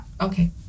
okay